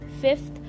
Fifth